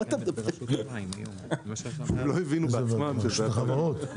בנוסף להבהרה שהקראתי עכשיו,